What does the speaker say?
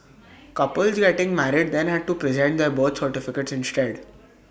couples getting married then had to present their birth certificates instead